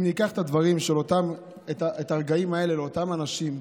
אם ניקח את הרגעים האלה לאותם אנשים,